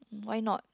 why not